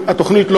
בתוכנית.